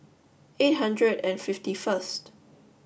eight hundred and fifty first